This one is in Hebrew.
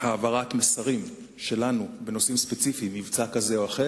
היא חשובה מאוד, והיא עוברת מממשלה לממשלה בישראל.